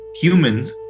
humans